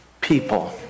people